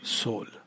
soul।